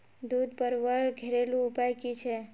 दूध बढ़वार घरेलू उपाय की छे?